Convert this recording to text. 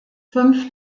fünf